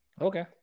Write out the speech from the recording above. Okay